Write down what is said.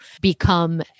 become